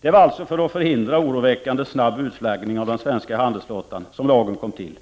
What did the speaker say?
Det var alltså för att förhindra en oroväckande snabb utflaggning av den svenska handelsflottan som lagen kom till.